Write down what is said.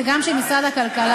זה גם של משרד הכלכלה,